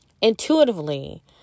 intuitively